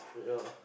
yeah